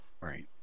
right